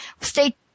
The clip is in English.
Stay